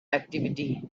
activity